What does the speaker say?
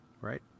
right